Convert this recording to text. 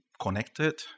connected